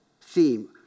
theme